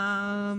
כל